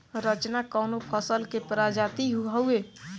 रचना कवने फसल के प्रजाति हयुए?